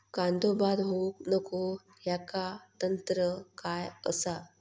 कांदो बाद होऊक नको ह्याका तंत्र काय असा?